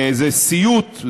וזה סיוט,